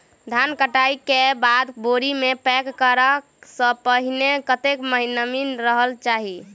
धान कटाई केँ बाद बोरी मे पैक करऽ सँ पहिने कत्ते नमी रहक चाहि?